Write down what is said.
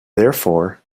therefore